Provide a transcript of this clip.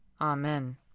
Amen